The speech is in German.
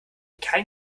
kein